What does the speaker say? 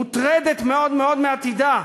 מוטרדת מאוד מאוד מעתידה,